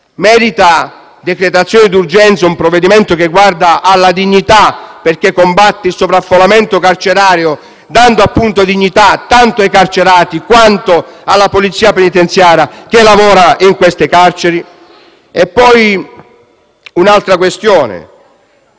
Merita decretazione d'urgenza un provvedimento che guarda alla dignità, perché combatte il sovraffollamento carcerario, dando appunto dignità tanto ai carcerati, quanto alla Polizia penitenziaria che lavora in queste carceri? C'è poi un'altra questione,